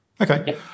Okay